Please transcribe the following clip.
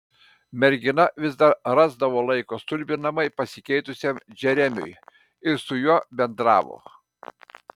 mergina vis dar rasdavo laiko stulbinamai pasikeitusiam džeremiui ir su juo bendravo